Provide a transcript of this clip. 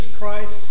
Christ